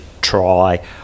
try